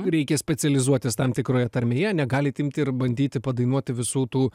reikia specializuotis tam tikroje tarmėje negalit imti ir bandyti padainuoti visų tų